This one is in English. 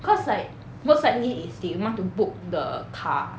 cause like most likely is they want to book the car